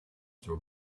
throw